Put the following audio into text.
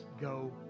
go